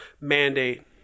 mandate